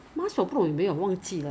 I thought lah 我不知道我不知道